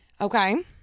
Okay